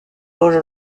loge